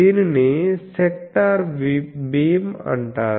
దీనిని sector beam అంటారు